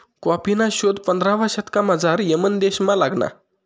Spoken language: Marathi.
कॉफीना शोध पंधरावा शतकमझाऱ यमन देशमा लागना